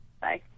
Bye